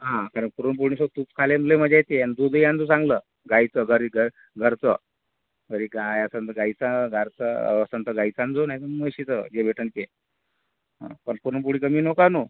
हां कारण पुरणपोळीसोबत तूप खाल्ल्यानं लई मजा येते अन् दूधंही आण जा चांगलं गायीचं घरी घर घरचं घरी गाय असेल तर गायीचं दारचं असेल तर गाईचं आण जा नाही तर म्हशीचं जे भेटेल ते हां पण पुरणपोळी कमी नको आणू